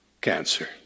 cancer